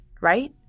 right